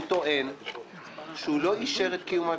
הוא טוען שהוא לא אישר את קיום הישיבה.